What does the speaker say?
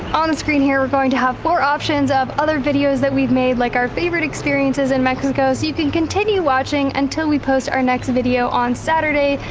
on the screen here, we're going to have four options of other videos that we've made like our favorite experiences in mexico, so you can continue watching until we post our next video on saturday,